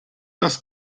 das